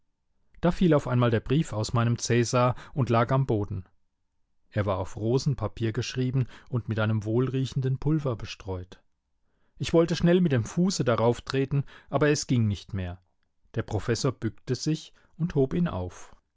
da fiel auf einmal der brief aus meinem caesar und lag am boden er war auf rosenpapier geschrieben und mit einem wohlriechenden pulver bestreut ich wollte schnell mit dem fuße darauf treten aber es ging nicht mehr der professor bückte sich und hob ihn auf